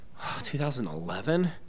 2011